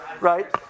right